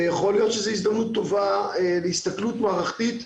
יכול להיות שזאת הזדמנות טובה להסתכלות מערכתית,